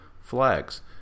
Flags